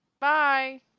Bye